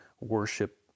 worship